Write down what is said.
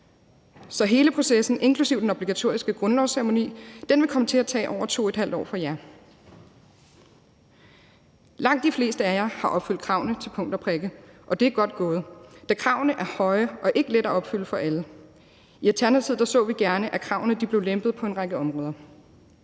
Så hele processen, inklusive den obligatoriske grundlovsceremoni, vil komme til at tage over 2½ år for jer. Langt de fleste af jer har opfyldt kravene til punkt og prikke, og det er godt gået, da kravene er høje og ikke er lette at opfylde for alle. I Alternativet så vi gerne, at kravene blev lempet på en række områder.